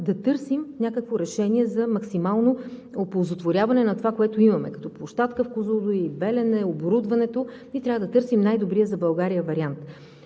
да търсим някакво решение за максимално оползотворяване на това, което имаме, като площадка в „Козлодуй“, „Белене“, оборудване. Трябва да търсим най-добрия вариант